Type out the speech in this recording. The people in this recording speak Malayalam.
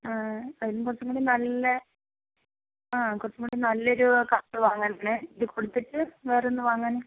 ആ അതിലും കുറച്ചും കൂടി നല്ല ആ കുറച്ചും കൂടി നല്ലൊരു കാർ വാങ്ങാനാണ് ഇത് കൊടുത്തിട്ട് വേറെ ഒന്ന് വാങ്ങാൻ